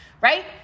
right